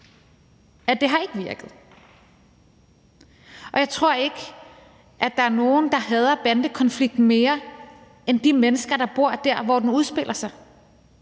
at det ikke har virket. Og jeg tror ikke, at der er nogen, der hader bandekonflikten mere end de mennesker, der bor der, hvor den udspiller sig,